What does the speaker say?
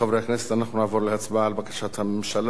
אנחנו נעבור להצבעה על בקשת הממשלה להעביר